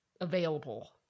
available